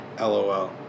LOL